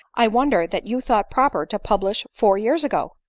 i wonder that you thought proper to publish four years ago.